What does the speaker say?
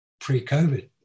pre-COVID